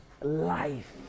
life